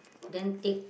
then take